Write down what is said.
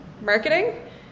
marketing